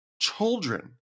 Children